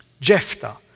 Jephthah